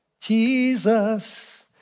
Jesus